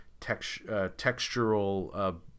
textural –